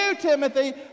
Timothy